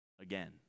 again